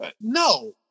no